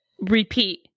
Repeat